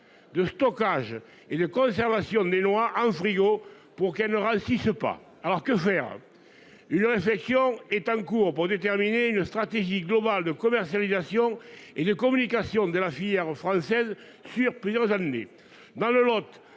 de stockage et de conservation des lois un frigo pour qu'elle n'aura ainsi ce pas alors que faire. Une réflexion est en cours pour déterminer une stratégie globale de commercialisation et de communication de la filière française sur plusieurs années dans le Lot